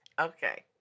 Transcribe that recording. Okay